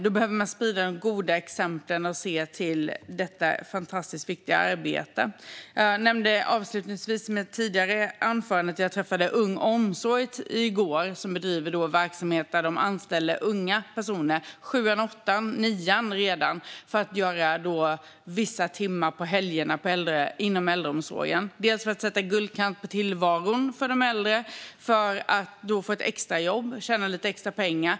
Då behöver man sprida de goda exemplen och se till detta fantastiskt viktiga arbete. Avslutningsvis: I mitt tidigare inlägg nämnde jag att jag träffade Ung Omsorg i går. De bedriver verksamhet där de anställer unga personer - så unga att de går i sjuan, åttan och nian - för att göra vissa timmar på helgerna inom äldreomsorgen. Det handlar dels om att sätta guldkant på tillvaron för de äldre, dels om att få ett extrajobb och tjäna lite extra pengar.